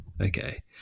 okay